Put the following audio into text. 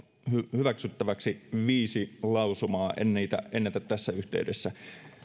hyväksyttäväksi viisi lausumaa en niitä ennätä tässä yhteydessä